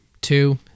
Two